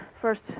first